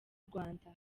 rwanda